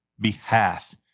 behalf